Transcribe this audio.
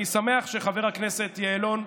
אני שמח שחבר הכנסת יעלון,